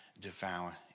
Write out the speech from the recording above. devour